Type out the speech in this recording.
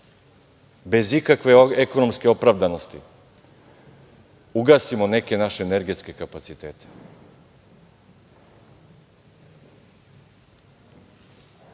bez ikakve ekonomske opravdanosti ugasimo neke naše energetske kapacitet. Sada